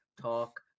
talk